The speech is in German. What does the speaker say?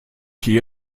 hier